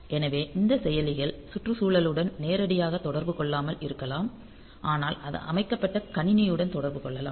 எனவே இந்த செயலிகள் சுற்றுச்சூழலுடன் நேரடியாக தொடர்பு கொள்ளாமல் இருக்கலாம் அது அமைக்கப்பட்ட கணினியுடன் தொடர்பு கொள்ளலாம்